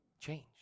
change